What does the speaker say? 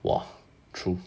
!wah! true